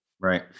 Right